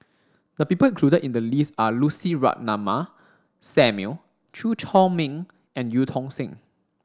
the people included in the list are Lucy Ratnammah Samuel Chew Chor Meng and Eu Tong Sen